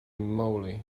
moly